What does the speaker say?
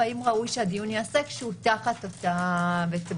והאם ראוי שהדיון ייעשה כשהוא תחת אותו גוף.